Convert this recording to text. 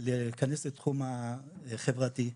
להיכנס לתחום החברתי.